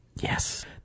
Yes